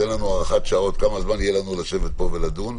תן לנו הארכת שעות כמה זמן יהיה לנו לשבת פה ולדון.